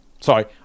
sorry